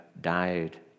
died